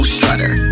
Strutter